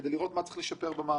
כדי לראות מה צריך לשפר במערכת.